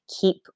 keep